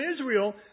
Israel